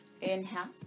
Inhale